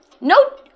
No